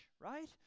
right